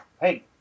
Hey